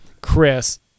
Chris